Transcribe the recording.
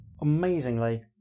Amazingly